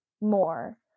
more